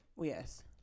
Yes